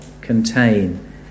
contain